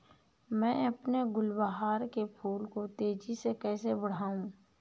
मैं अपने गुलवहार के फूल को तेजी से कैसे बढाऊं?